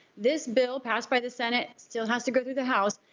this bill passed by the senate still has to go through the house.